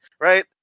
right